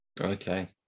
Okay